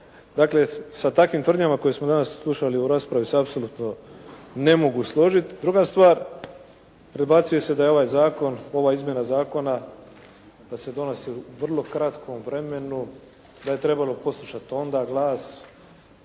Dakle, sa takvim tvrdnjama koje smo danas slušali u raspravi se apsolutno ne mogu složiti. Druga stvar, predbacuje se da je ovaj zakon, ova izmjena zakona da se donosi u vrlo kratkom vremenu, da je trebalo poslušati onda glas